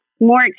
more